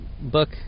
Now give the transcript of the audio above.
book